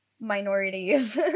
minorities